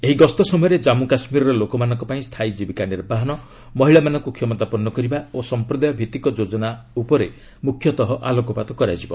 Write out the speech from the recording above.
ଏହି ଗସ୍ତ ସମୟରେ ଜାମ୍ମୁ କାଶ୍ମୀରର ଲୋକମାନଙ୍କ ପାଇଁ ସ୍ଥାୟୀ ଜିବିକା ନିର୍ବାହନ ମହିଳାମାନଙ୍କୁ କ୍ଷମତାପନ୍ନ କରିବା ଓ ସଂପ୍ରଦାୟ ଭିତ୍ତିକ ଯୋଜନା ଉପରେ ମୁଖ୍ୟତ ଆଲୋକପାତ କରାଯିବ